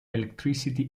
electricity